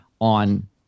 on